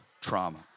trauma